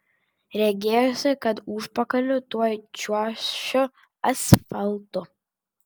regėjosi kad užpakaliu tuoj čiuošiu asfaltu